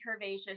curvaceous